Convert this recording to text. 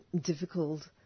difficult